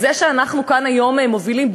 אז זה שאנחנו כאן היום מובילים,